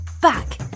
back